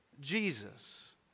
Jesus